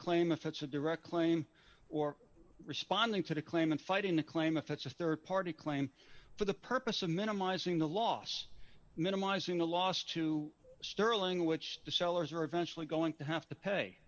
claim if it's a direct claim or responding to the claim and fighting the claim if it's just their party claim for the purpose of minimizing the loss minimizing the loss to sterling which the sellers are eventually going to have to pay